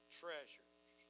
treasures